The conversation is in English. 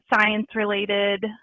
science-related